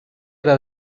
era